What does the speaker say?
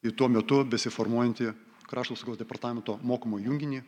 į tuo metu besiformuojantį krašto saugos departamento mokomo junginį